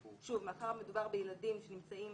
שוב, מאחר שמדובר בילדים שנמצאים